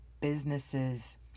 businesses